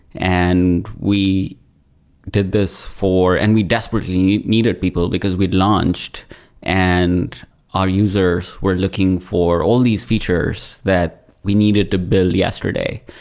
and we did this for and we desperately needed people, because we'd launched and our users were looking for all these features that we needed to build yesterday.